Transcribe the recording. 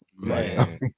Man